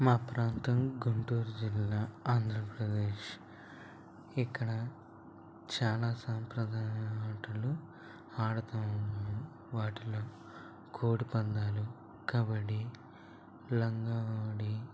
మా ప్రాంతం గుంటూరు జిల్లా ఆంధ్రప్రదేశ్ ఇక్కడ చాలా సాంప్రదాయ ఆటలు ఆడతాము మేము వాటిలో కోడిపందాలు కబడి లంగావోని